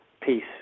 peace